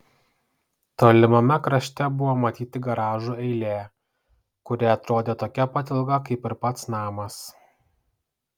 tolimame krašte buvo matyti garažų eilė kuri atrodė tokia pat ilga kaip ir pats namas